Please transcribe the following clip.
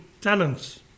talents